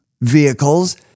vehicles